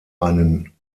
einen